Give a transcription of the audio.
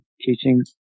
teaching